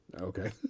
Okay